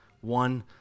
One